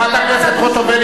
חברת הכנסת חוטובלי,